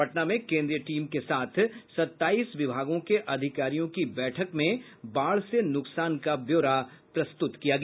पटना में केन्द्रीय टीम के साथ सताईस विभागों के अधिकारियों की उपस्थिति में बाढ़ से नुकसान का ब्यौरा प्रस्तुत किया गया